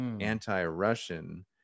anti-Russian